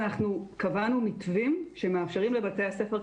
קבענו מתווים שמאפשרים לבתי הספר,